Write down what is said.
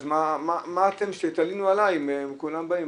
מי אתם שתלינו עליי אם כולם באים?